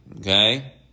Okay